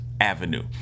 Avenue